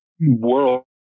world